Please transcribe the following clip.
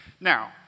Now